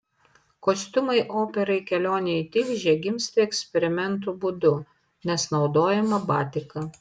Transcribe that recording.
kostiumai operai kelionė į tilžę gimsta eksperimentų būdu nes naudojama batika